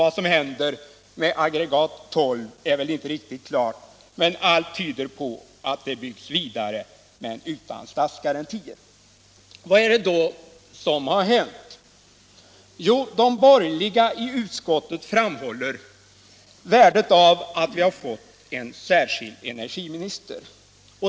Vad som händer med aggregat 12 är väl inte riktigt klart, men allt tyder på att det byggs vidare, men utan statsgarantier. Vad är det då som har hänt? Jo, de borgerliga i utskottet framhåller värdet av att vi har fått en särskild energiminister.